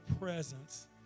presence